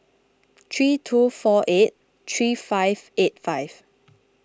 three two four eight three five eight five